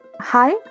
Hi